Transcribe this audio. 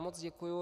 Moc děkuji.